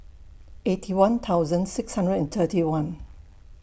Eighty One thousand six hundred and thirty one